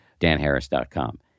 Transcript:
danharris.com